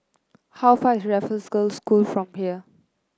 how far is Raffles Girls' School from here